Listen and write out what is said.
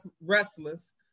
restless